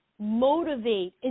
motivate